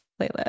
playlist